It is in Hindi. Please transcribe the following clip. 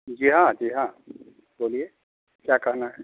जी हाँ जी हाँ बोलिए क्या करना है